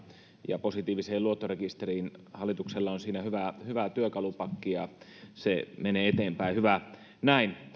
ja positiiviseen luottorekisteriin hallituksella on siinä hyvä työkalupakki ja asia menee eteenpäin hyvä näin